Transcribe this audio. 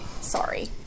Sorry